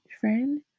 friend